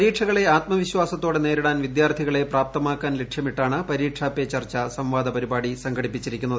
പരീക്ഷകളെ ആത്മവിശ്വാസത്തോടെ ക്രന്തിടാൻ വിദ്യാർത്ഥികളെ പ്രാപ്തമാക്കാൻ ലക്ഷ്യമിട്ടാണ് പരീക്ഷാ പ്പേ ചർച്ച സംവാദ പരിപാടി സംഘടിപ്പിച്ചിരിക്കുന്നത്